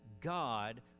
God